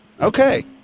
okay